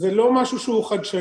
זה לא משהו שהוא חדשני,